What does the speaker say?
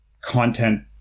content